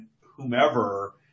whomever